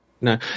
no